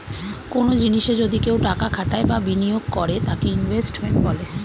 কনো জিনিসে যদি কেউ টাকা খাটায় বা বিনিয়োগ করে তাকে ইনভেস্টমেন্ট বলে